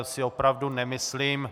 To si opravdu nemyslím.